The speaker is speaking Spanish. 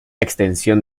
extensión